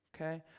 Okay